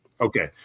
Okay